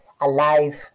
alive